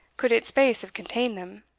could its space have contained them.